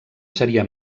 seria